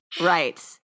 Right